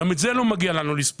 וגם את זה לא מגיע לנו לספוג.